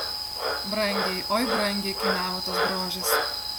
brangiai oi brangiai kainavo tas grožis